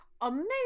amazing